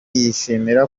yishimira